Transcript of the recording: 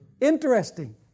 interesting